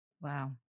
Wow